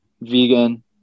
vegan